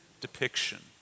depiction